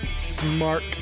Smart